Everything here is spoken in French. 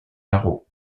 caro